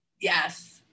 Yes